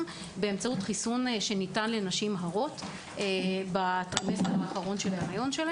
הוא חיסון לנשים הרות בחלק האחרון של ההיריון.